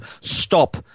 stop